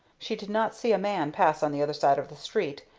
she did not see a man pass on the other side of the street,